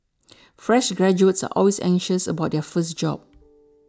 fresh graduates are always anxious about their first job